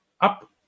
up